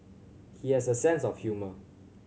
he has a sense of humour